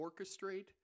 orchestrate